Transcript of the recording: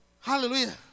Hallelujah